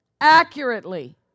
Accurately